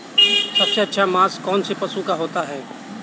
सबसे अच्छा मांस कौनसे पशु का होता है?